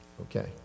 okay